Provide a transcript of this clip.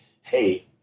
hey